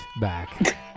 back